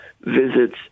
visits